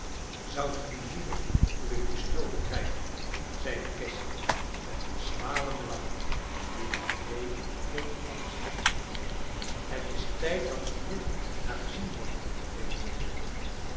zoudt ge niet liever uwe pistolen krijgen zeide cassy met een smalenden lach die legree deed ijzen het is tijd dat hier naar gezien wordt weet ge